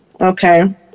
Okay